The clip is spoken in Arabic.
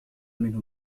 منه